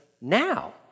now